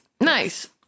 Nice